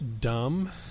dumb